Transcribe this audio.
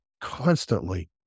constantly